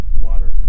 water